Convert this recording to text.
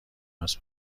است